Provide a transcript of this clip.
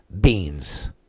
beans